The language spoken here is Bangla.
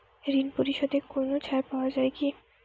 ঋণ পরিশধে কোনো ছাড় পাওয়া যায় কি?